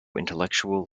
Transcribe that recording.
intellectual